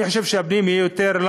אני חושב שוועדת הפנים תהיה יותר,